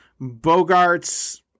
Bogart's –